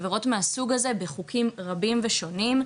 עבירות מהסוג הזה בחוקים רבים ושונים,